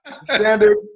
Standard